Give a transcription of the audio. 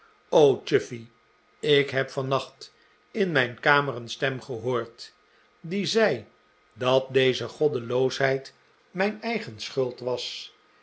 chuffey ik heb vannacht in mijn kamer een stem gehoord die zei dat deze goddeloosheid mijn eigen schuld was